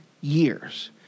years